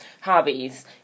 hobbies